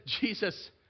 Jesus